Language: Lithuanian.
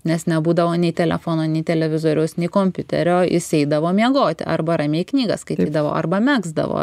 nes nebūdavo nei telefono nei televizoriaus nei kompiuterio jis eidavo miegoti arba ramiai knygą skaitydavo arba megzdavo